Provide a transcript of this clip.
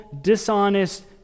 dishonest